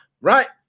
right